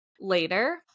later